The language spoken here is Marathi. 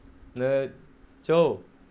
न चव